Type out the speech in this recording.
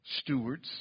stewards